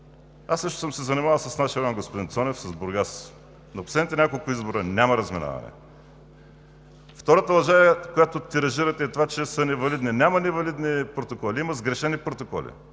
Аз също съм се занимавал с нашия район, господин Цонев, с Бургас, но на последните няколко избора няма разминаване. Втората лъжа, която тиражирате, е това, че са невалидни. Няма невалидни протоколи, има сгрешени протоколи.